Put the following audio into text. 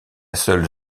seule